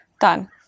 Done